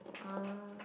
ah